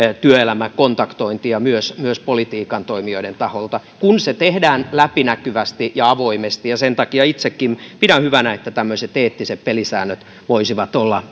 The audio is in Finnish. työelämäkontaktointia myös myös politiikan toimijoiden taholta kun se tehdään läpinäkyvästi ja avoimesti sen takia itsekin pidän hyvänä että tämmöiset eettiset pelisäännöt voisivat olla